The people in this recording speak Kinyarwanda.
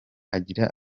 agira